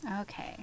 Okay